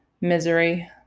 misery